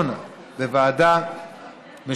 מ/1196,